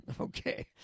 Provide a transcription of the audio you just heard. Okay